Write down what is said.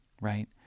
right